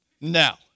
now